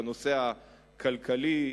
בנושא הכלכלי,